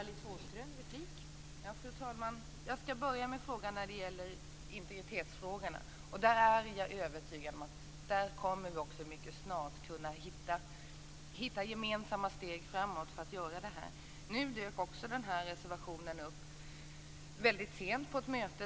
Fru talman! Jag skall börja med integritetsfrågorna. Där är jag övertygad om att vi mycket snart kommer att kunna hitta gemensamma steg framåt. Nu dök den här reservationen upp väldigt sent på ett möte.